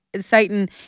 Satan